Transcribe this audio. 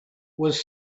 was